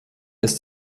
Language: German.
ist